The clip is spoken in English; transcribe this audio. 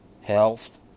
health